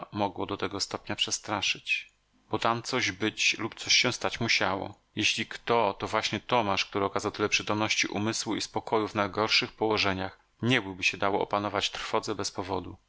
mogło do tego stopnia przestraszyć bo tam coś być lub coś się stać musiało jeśli kto to właśnie tomasz który okazał tyle przytomności umysłu i spokoju w najgorszych położeniach nie byłby się dał opanować trwodze bez powodu